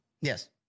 Yes